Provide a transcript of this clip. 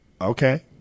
Okay